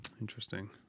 Interesting